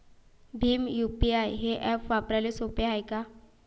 Bhim UPI हे app वापराले सोपे हाय का?